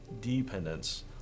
dependence